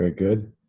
ah good.